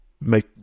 make